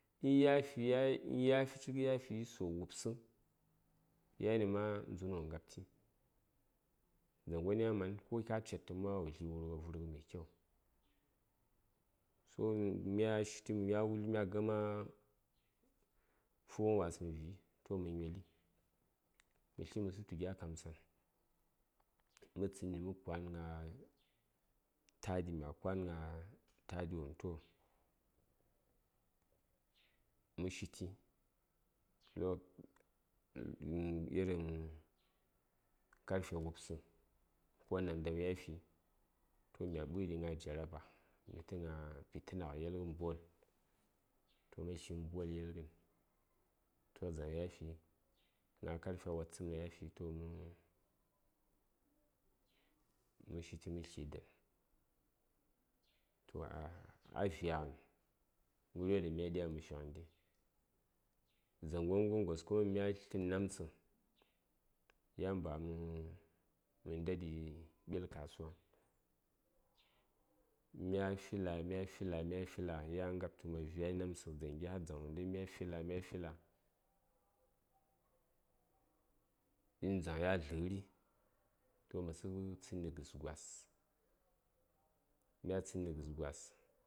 in yatli yaficik sau wupsə yanima dzu:n wo ngapti dzaŋgon yaman ko ka cettəŋ ma wo dli wurɓa vərghə mai kyau uhn mya shiti mya fughən wasəŋ vi: toh ma nyoli mə tli məsən tu gya kamtsan mə tsənni mə gna taɗi mya kwan gna taɗi wopm toh mə shiti irin karfe wubsə ko nandam ya fi toh mya ɓəɗi gna jaraba tə gna pitina gə yelghən ball toh ma tli nə ball yelghən toh dzaŋ ya fi gna karfe watsəmai yafi toh mə mə shiti mə tli dən toh a vyaghən ghəryo ɗaŋ mya diya mə fi ghəndi dzaŋ gon gos kawai mya tləni namtsə yan mə ndaɗi ɓil kasuwaŋ mya fi la mya fi la mya fi la ya ngab tu ma vyai namtsə dzaŋyi har dzaŋ wo ndai mya fi la mya fi la uhn dzaŋ ya dləri toh məsəŋ tsənni gəs gwas mya tsənni gəs gwas